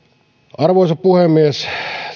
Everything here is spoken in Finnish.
arvoisa puhemies